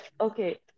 okay